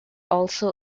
also